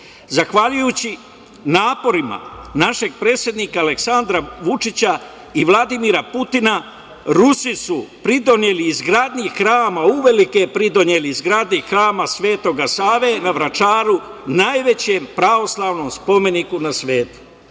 zahvaljujući naporima našeg predsednika Aleksandra Vučića i Vladimira Putina Rusi su pridoneli izgradnji hrama, uveliko pridoneli izgradnji hrama Sv. Save na Vračaru, najvećem pravoslavnom spomeniku na svetu.